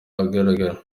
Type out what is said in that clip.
ahagaragara